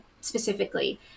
specifically